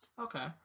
Okay